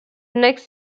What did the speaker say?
next